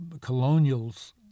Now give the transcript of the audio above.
colonials